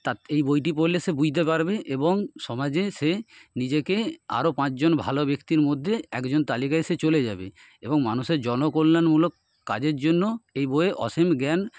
তাত এই বইটি পড়লে সে বুঝতে পারবে এবং সমাজে সে নিজেকে আরও পাঁচ জন ভালো ব্যক্তির মধ্যে এক জন তালিকায় সে চলে যাবে এবং মানুষের জনকল্যাণমূলক কাজের জন্য এই বইয়ে অসীম জ্ঞান